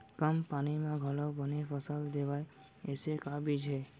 कम पानी मा घलव बने फसल देवय ऐसे का बीज हे?